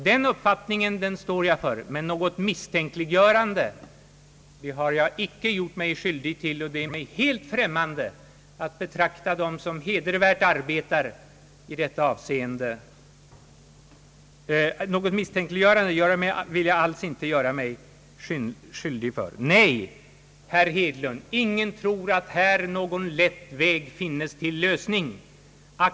Den uppfattningen står jag för, men det är mig helt främmande att vilja misstänkliggöra dem som hedervärt arbetar i detta avseende. Nej, herr Hedlund, ingen tror att här finns någon lätt väg till lösning.